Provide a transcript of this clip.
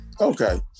Okay